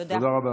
תודה.